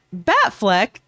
Batfleck